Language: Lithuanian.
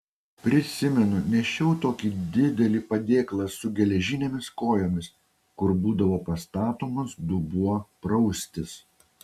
prisimenu nešiau tokį didelį padėklą su geležinėmis kojomis kur būdavo pastatomas dubuo praustis